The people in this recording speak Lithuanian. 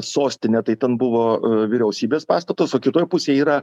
sostinė tai ten buvo vyriausybės pastatas o kitoj pusėj yra